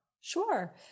Sure